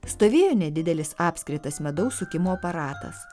stovėjo nedidelis apskritas medaus sukimo aparatas